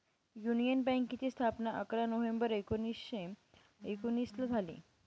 union बँकेची स्थापना अकरा नोव्हेंबर एकोणीसशे एकोनिसला झाली